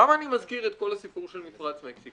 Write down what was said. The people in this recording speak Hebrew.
למה אני מזכיר את כל הסיפור של מפרץ מקסיקו?